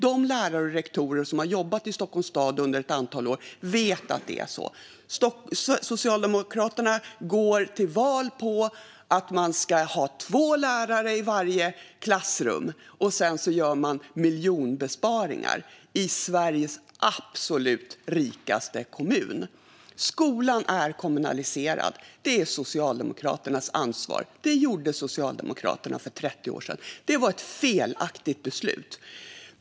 De lärare och rektorer som har jobbat i Stockholms stad under ett antal år vet att det är så. Socialdemokraterna går till val på att det ska finnas två lärare i varje klassrum, och sedan gör man miljonbesparingar i Sveriges absolut rikaste kommun. Skolan är kommunaliserad, och det är Socialdemokraternas ansvar. Det gjorde Socialdemokraterna för 30 år sedan, och det var ett felaktigt beslut.